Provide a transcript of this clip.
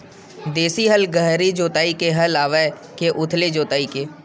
देशी हल गहरी जोताई के हल आवे के उथली जोताई के?